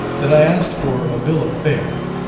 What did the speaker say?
that i asked for a bill of fare,